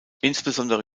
insbesondere